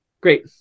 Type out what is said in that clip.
Great